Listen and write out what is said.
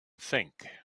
think